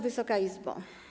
Wysoka Izbo!